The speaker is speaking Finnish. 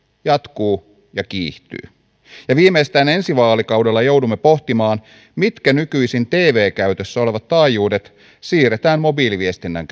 jatkuu ja kiihtyy viimeistään ensi vaalikaudella joudumme pohtimaan mitkä nykyisin tv käytössä olevat taajuudet siirretään mobiiliviestinnän